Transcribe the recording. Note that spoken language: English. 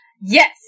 Yes